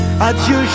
Adieu